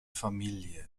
familie